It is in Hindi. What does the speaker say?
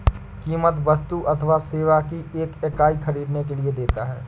कीमत वस्तु अथवा सेवा की एक इकाई ख़रीदने के लिए देता है